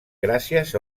gràcies